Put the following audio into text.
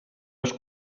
les